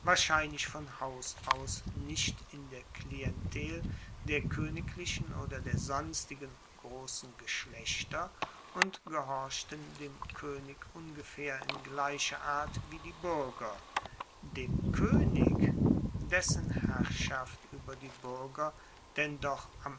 wahrscheinlich von haus aus nicht in der klientel der koeniglichen und der sonstigen grossen geschlechter und gehorchten dem koenig ungefaehr in gleicher art wie die buerger dem koenig dessen herrschaft ueber die buerger denn doch